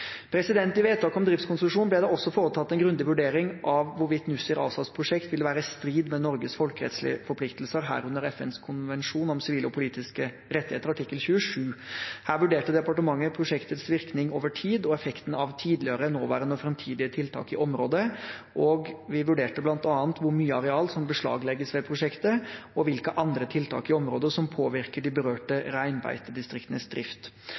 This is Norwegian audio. I vedtaket om driftskonsesjon ble det også foretatt en grundig vurdering av hvorvidt Nussir ASAs prosjekt ville være i strid med Norges folkerettslige forpliktelser, herunder FNs konvensjon om sivile og politiske rettigheter, SP, artikkel 27. Her vurderte departementet prosjektets virkning over tid og effekten av tidligere, nåværende og framtidige tiltak i området. Departementet vurderte bl.a. hvor mye areal som beslaglegges av prosjektet, og hvilke andre tiltak i området som påvirker de berørte reinbeitedistriktenes drift.